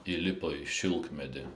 įlipo į šilkmedį